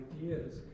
ideas